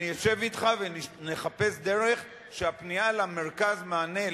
אני אשב אתך ונחפש דרך שהפנייה למרכז מענה,